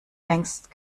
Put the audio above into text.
längst